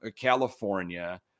California